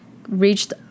reached